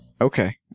okay